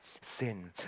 sin